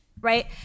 right